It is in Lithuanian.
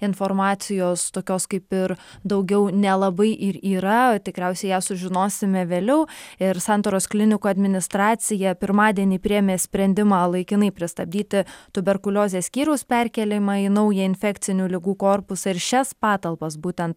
informacijos tokios kaip ir daugiau nelabai ir yra tikriausiai ją sužinosime vėliau ir santaros klinikų administracija pirmadienį priėmė sprendimą laikinai pristabdyti tuberkuliozės skyriaus perkėlimą į naują infekcinių ligų korpusą ir šias patalpas būtent